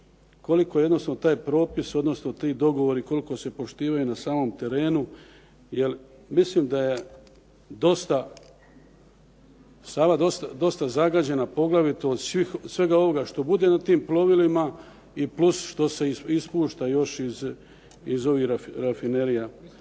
koliko jednostavno taj propis, odnosno ti dogovori koliko se poštivaju na samom terenu. Jer mislim da je dosta, Sava dosta zagađena poglavito od svega ovoga što bude na tim plovilima i plus što se ispušta još iz ovih rafinerija.